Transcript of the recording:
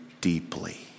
deeply